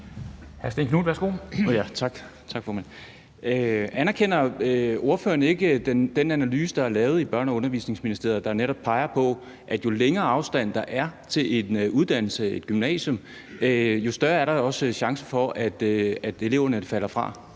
Anerkender ordføreren ikke den analyse, der er lavet i Børne- og Undervisningsministeriet, hvor man netop peger på, at jo længere afstand, der er til et uddannelsessted, et gymnasium, jo større er også risikoen for, at eleverne falder fra?